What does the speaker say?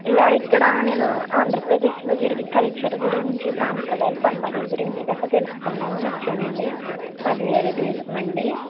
ఇలా ఇక్కడ నేను ఆంధ్రప్రదేశ్లో జరిగే కల్చర్ గురించి సాంప్రదాయాలు పండగలు గురించి గట్రా తెలుసుకుందామని వచ్చానండి మాది వేరే దేశమండి